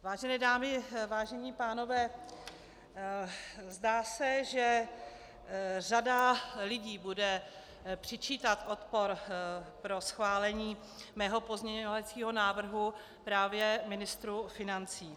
Vážené dámy, vážení pánové, zdá se, že řada lidí bude přičítat odpor pro schválení mého pozměňovacího návrhu právě ministru financí.